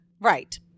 Right